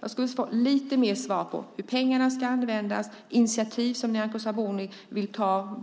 Jag vill ha lite mer svar på hur pengarna ska användas samt vilka initiativ som Nyamko Sabuni vill ta